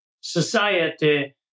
society